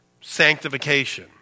Sanctification